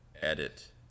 edit